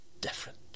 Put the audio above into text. different